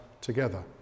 together